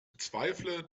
bezweifle